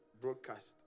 broadcast